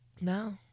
No